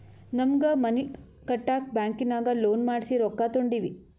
ನಮ್ಮ್ಗ್ ಮನಿ ಕಟ್ಟಾಕ್ ಬ್ಯಾಂಕಿನಾಗ ಲೋನ್ ಮಾಡ್ಸಿ ರೊಕ್ಕಾ ತೊಂಡಿವಿ